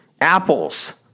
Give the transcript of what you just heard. Apples